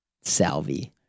Salvi